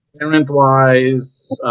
parent-wise